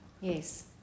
Yes